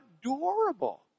adorable